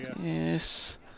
Yes